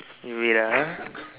need wait ah